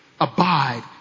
abide